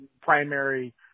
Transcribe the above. primary